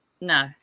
no